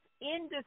industry